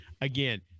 again